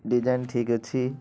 design ଠିକ୍ ଅଛି